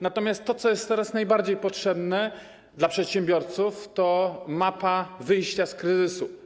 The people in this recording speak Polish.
Natomiast to, co jest teraz najbardziej potrzebne przedsiębiorcom, to mapa wyjścia z kryzysu.